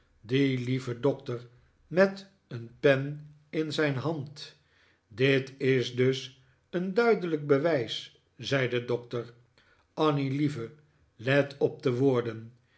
die lieve doctor met een pen in zijn hand dit is dus een duidelijk bewijs zei de doctor annie lieve let op de woorden